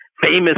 famous